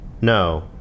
no